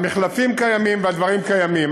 המחלפים קיימים והדברים קיימים.